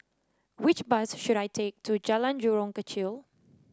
which bus should I take to Jalan Jurong Kechil